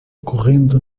correndo